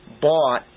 bought